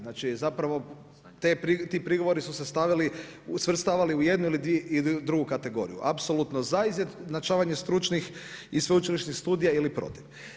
Znači zapravo ti prigovori su svrstavani u jednu ili u drugu kategoriju, apsolutno za izjednačavanje stručnih i sveučilišnih studija ili protiv.